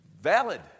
valid